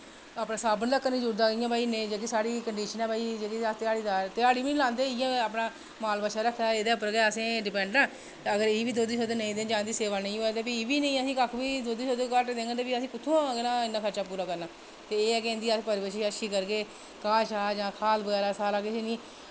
ते अपना साबुन तक्क नेईं जुड़दा जेह्की साढ़ी कंडीशन ऐ भई अस ध्याड़ीदार ध्य़ाड़ी बी नेईं लांदे अपना इं'या गै माल बच्छा रक्खे दा ते एह्दे पर गै डीपैंड आं ते अगर एह्बी दुद्ध नेईं देन जां इंदी सेवा नेईं होऐ भी असेंगी दुद्ध घट्ट देङन तां कुत्थुआं उनें इन्ना खर्चा पूरा करना ते एह् ऐ की इंदी अस परवरिश अच्छी करगे घाऽ जां खल बगैरा सारा किश इ'नेंगी